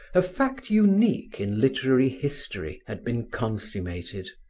a fact unique in literary history had been consummated.